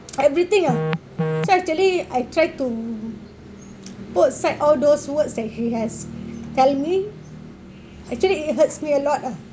everything lah so actually I try to put aside all those words that he has tell me actually it hurts me a lot lah